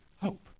hope